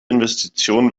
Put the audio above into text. investition